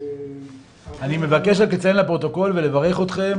--- אני מבקש לציין לפרוטוקול ולברך אתכם